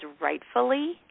rightfully